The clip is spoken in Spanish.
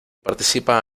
participa